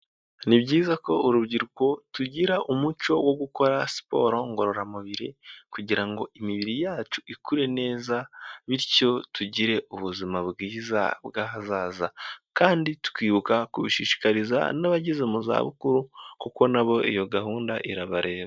Ni byiza ko urubyiruko tugira umuco wo gukora siporo ngororamubiri kugira ngo imibiri yacu ikure neza bityo tugire ubuzima bwiza bw'ahazaza kandi twibuka kubishishikariza n'abageze mu zabukuru kuko nabo iyo gahunda irabareba.